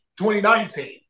2019